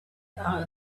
are